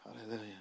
Hallelujah